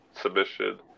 submission